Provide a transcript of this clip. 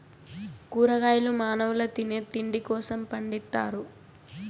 కూరగాయలు మానవుల తినే తిండి కోసం పండిత్తారు